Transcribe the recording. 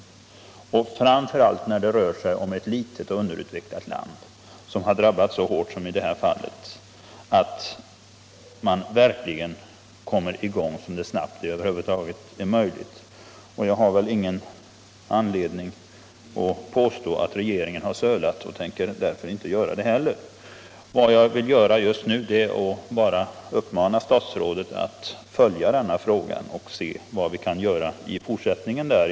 Framför allt är det betydelsefullt när det rör sig om ett litet och underutvecklat land, som har drabbats så hårt som Guatemala i det här fallet, att hjälpen verkligen kommer i gång så snabbt det över huvud taget är möjligt. Jag har ingen anledning att påstå att regeringen sölat och tänker därför inte göra det heller. Jag vill bara uppmana statsrådet att följa denna fråga och se vad vi kan göra i fortsättningen.